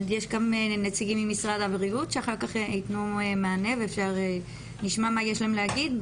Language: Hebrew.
יש נציגים ממשרד הבריאות שאחר כך יתנו מענה ונשמע מה יש להם להגיד.